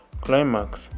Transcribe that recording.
climax